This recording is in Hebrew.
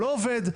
לא עובד.